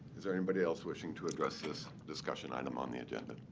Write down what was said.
is there anybody else wishing to address this discussion item on the agenda?